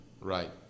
Right